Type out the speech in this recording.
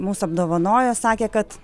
mus apdovanoja sakė kad